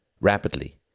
Rapidly